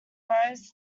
rows